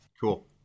Cool